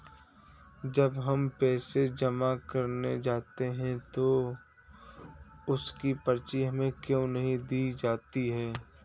जब हम पैसे जमा करने जाते हैं तो उसकी पर्ची हमें क्यो नहीं दी जाती है?